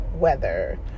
weather